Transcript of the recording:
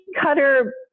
cutter